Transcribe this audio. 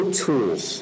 tools